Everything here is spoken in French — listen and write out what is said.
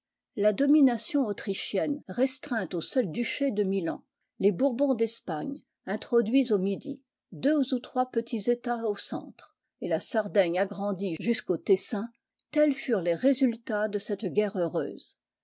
google autrichienne restreinte au seul duché de milan les bourbons d'espagne introduits au midi deux ou trois petits etats au centre et la sardaigne agrandie jusqu'au tessin tels furent les résultats de cette guerre heureuse